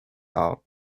are